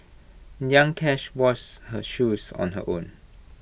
young cash washed her shoes on her own